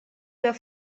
der